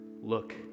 Look